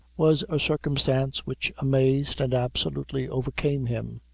was a circumstance which amazed and absolutely overcame him.